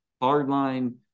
hardline